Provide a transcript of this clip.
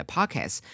Podcast